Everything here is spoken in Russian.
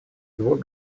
двух